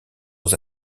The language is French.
aux